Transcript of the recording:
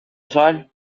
жаль